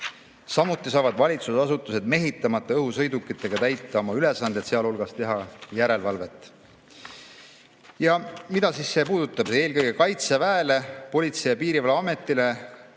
Samuti saavad valitsusasutused mehitamata õhusõidukitega täita oma ülesandeid, sealhulgas teha järelevalvet. Mida see siis puudutab? Eelkõige antakse Kaitseväele, Politsei‑ ja Piirivalveametile,